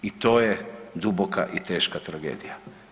I to je duboka i teška tragedija.